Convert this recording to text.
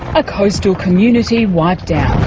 a coastal community wiped out.